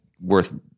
worth